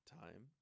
time